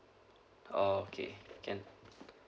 oh okay can